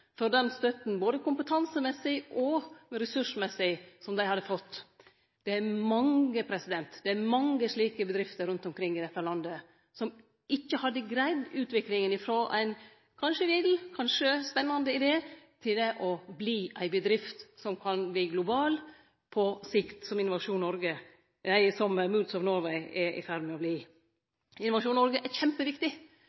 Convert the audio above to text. for den støtta – med omsyn til både kompetanse og ressursar – som dei hadde fått. Det er mange slike bedrifter rundt omkring i dette landet som ikkje hadde greidd utviklinga frå ein kanskje vill, kanskje spennande idé til det å verte ei bedrift som kan verte global på sikt – som Moods of Norway er i ferd med å